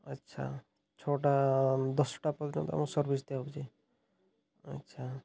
ଆଚ୍ଛା ଛଅଟା ଦଶଟା ପର୍ଯ୍ୟନ୍ତ ସର୍ଭିସ୍ ଦିଆହେଉଛି ଆଚ୍ଛା